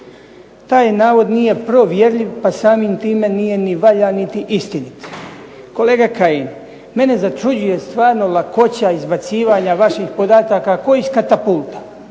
Taj navod nije provjerljiv, pa samim time nije ni valjan, niti istinit. Kolega Kajin, mene začuđuje stvarno lakoća izbacivanja vaših podataka ko iz katapulta.